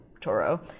Toro